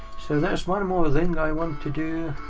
so there is one more thing i want to do.